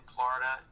Florida